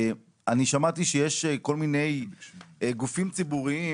אני שמעתי שיש כל מיני גופים ציבוריים,